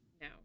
No